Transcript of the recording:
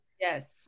Yes